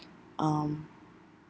um